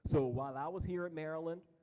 so while i was here at maryland,